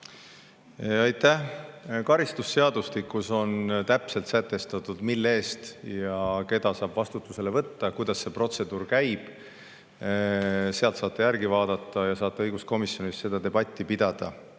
Aitäh! Karistusseadustikus on täpselt sätestatud, mille eest ja keda saab vastutusele võtta, kuidas see protseduur käib. Sealt saate järele vaadata ja saate õiguskomisjonis seda debatti pidada.